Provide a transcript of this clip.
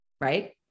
right